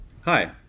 Hi